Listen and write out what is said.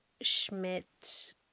schmidt